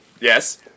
Yes